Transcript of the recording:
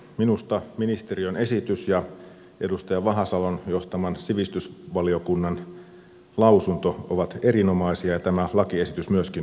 minusta ministeriön esitys ja edustaja vahasalon johtaman sivistysvaliokunnan lausunto ovat erinomaisia ja tämä lakiesitys myöskin on erinomainen